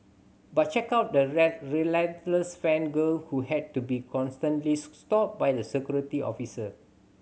but check out the relentless fan girl who had to be constantly stopped by the security officer